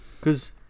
cause